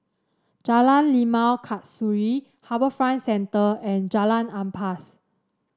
Jalan Limau Kasturi HarbourFront Centre and Jalan Ampas